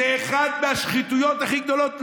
זו אחת מהשחיתויות הכי גדולות,